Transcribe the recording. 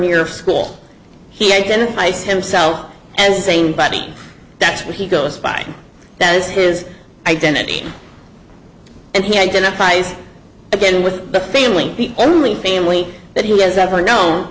year school he identifies himself and same body that's where he goes fine that is his identity and he identifies again with the family the only family that he has ever know